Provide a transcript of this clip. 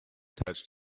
touched